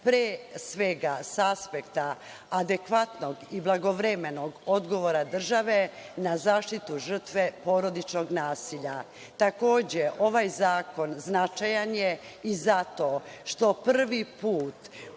pre svega sa aspekta adekvatnog i blagovremenog odgovora države na zaštitu žrtve porodičnog nasilja. Takođe, ovaj zakon je značajan i zato što prvi put